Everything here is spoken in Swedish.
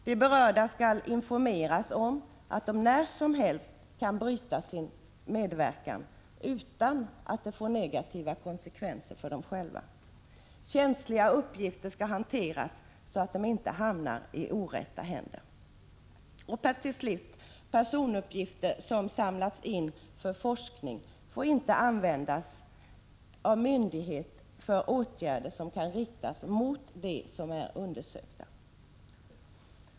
= De berörda skall informeras om att de när som helst kan bryta sin medverkan utan att det får negativa konsekvenser för dem själva. —- Känsliga uppgifter hanteras så att de inte kan hamna i orätta händer. —- Personuppgifter som insamlats för forskning får inte användas av myndighet för åtgärder som kan riktas mot den undersökte.